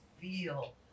feel